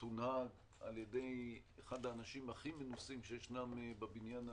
תונהג על-ידי אחד האנשים הכי מנוסים שיש בבניין הזה,